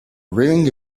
wearing